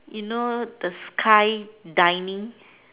you know the sky dining